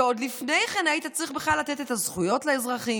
ועוד לפני כן היית צריך בכלל לתת את הזכויות לאזרחים,